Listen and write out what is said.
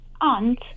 aunt